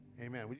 amen